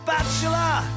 Bachelor